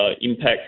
impact